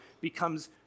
becomes